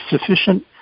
sufficient